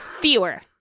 Fewer